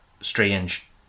Strange